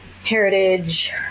heritage